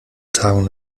tagung